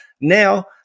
now